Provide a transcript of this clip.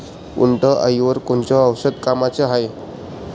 उंटअळीवर कोनचं औषध कामाचं हाये?